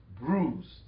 bruised